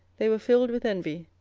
they were filled with envy,